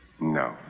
No